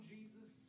Jesus